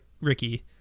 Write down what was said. ricky